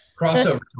Crossover